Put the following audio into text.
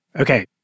Okay